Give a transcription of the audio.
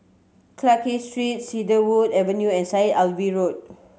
Clarke Street Cedarwood Avenue and Syed Alwi Road